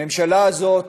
הממשלה הזאת